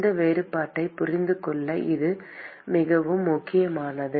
இந்த வேறுபாட்டைப் புரிந்து கொள்ள இது மிகவும் முக்கியமானது